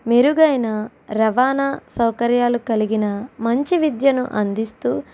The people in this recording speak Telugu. మెరుగైన రవాణా సౌకర్యాలు కలిగిన మంచి విద్యను అందిస్తూ